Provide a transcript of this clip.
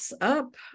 up